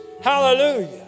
Hallelujah